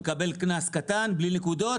הוא מקבל קנס קטן בלי נקודות,